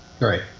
Right